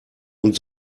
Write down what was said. und